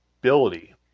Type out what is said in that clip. ability